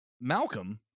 Malcolm